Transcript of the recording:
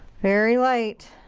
very light.